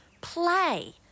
Play